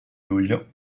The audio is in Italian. luglio